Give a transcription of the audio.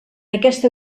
aquesta